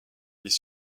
les